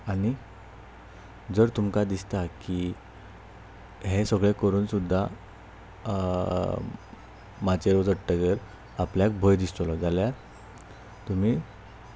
आनी जर तुमकां दिसता की हें सगळें करून सुद्दा माचयेर चडटकर आपल्याक भंय दिसतलो जाल्यार तुमी